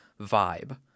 vibe